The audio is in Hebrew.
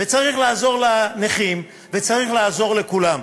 וצריך לעזור לנכים וצריך לעזור לכולם.